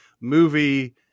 movie